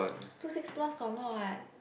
two six plus got a lot what